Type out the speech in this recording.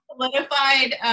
solidified